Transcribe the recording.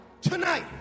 tonight